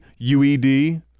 UED